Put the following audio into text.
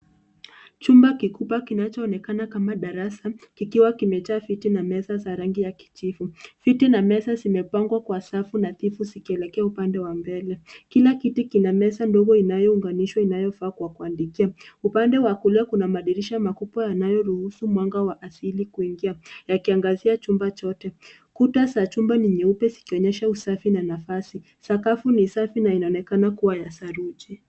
Chumba kikubwa kinachoonekana kama darasa, kikiwa kimejaa viti na meza za rangi ya kijivu. Viti na meza zimepangwa kwa safu nadhifu zikielekea upande wa mbele. Kila kiti kina meza ndogo inayounganishwa inayofaa kwa kuandikia. Upande wa kulia kuna madirisha makubwa yanayoruhusu mwanga wa asili kuingia, yakiangazia chumba chote. Kuta za chumba ni nyeupe zikionyesha usafi na nafasi, sakafu ni safi na inaonekana kuwa ya saruji.